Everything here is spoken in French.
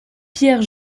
pierre